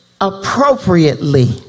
appropriately